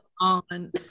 on